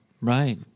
Right